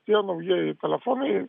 tie naujieji telefonai